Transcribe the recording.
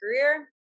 career